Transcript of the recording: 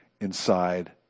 inside